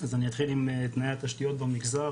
אז אני אתחיל עם תנאי התשתיות במגזר,